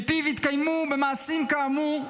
ולפיו התקיימו מעשים כאמור,